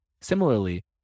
Similarly